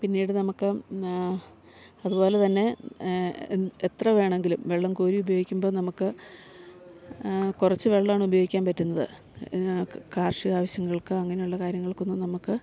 പിന്നീട് നമുക്ക് അതുപോലെതന്നെ എത്ര വേണമെങ്കിലും വെള്ളം കോരി ഉപയോഗിക്കുമ്പം നമുക്ക് കുറച്ച് വെള്ളമാണ് ഉപയോഗിക്കാൻ പറ്റുന്നത് കാർഷിക ആവശ്യങ്ങൾക്ക് അങ്ങനുള്ള കാര്യങ്ങൾക്കൊന്നും നമുക്ക്